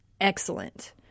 excellent